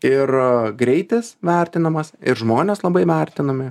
ir greitis vertinamas ir žmonės labai vertinami